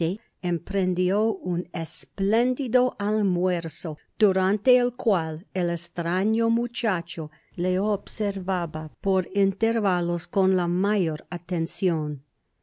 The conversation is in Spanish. emprendió un espléndido almuerzo durante el cual el estraño muchacho le observaba por intervalos con la mayor atencion